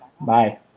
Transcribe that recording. Bye